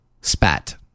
Spat